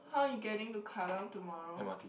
how you getting to Kallang tomorrow